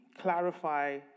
clarify